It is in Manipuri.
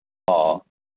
ꯑꯣ